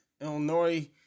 Illinois